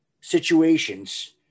situations